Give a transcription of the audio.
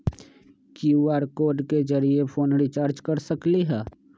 QR code के जरिय phone recharge कर सकली ह?